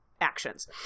Actions